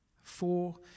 Four